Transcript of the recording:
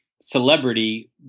celebrity